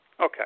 okay